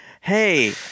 Hey